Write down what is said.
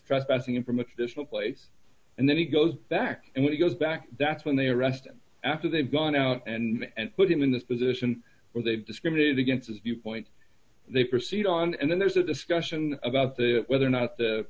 processing him from a traditional place and then he goes back and when he goes back that's when they arrest him after they've gone out and put him in this position where they've discriminated against is the point they proceed on and then there's a discussion about the whether or